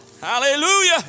Hallelujah